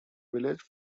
village